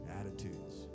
attitudes